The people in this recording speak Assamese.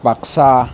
বাক্সা